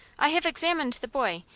i have examined the boy,